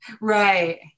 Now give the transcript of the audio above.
right